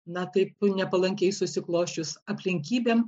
na taip nepalankiai susiklosčius aplinkybėm